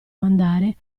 mandare